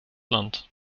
land